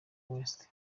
west